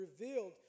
revealed